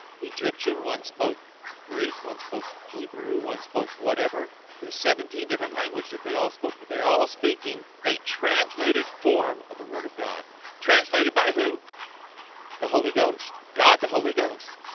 egyptian one spoke greek one spoke hebrew one spoke, whatever but a seventeen different language that they all spoke, but they're all speaking a translated form of the word of god translated by who the holy ghost god the holy ghost,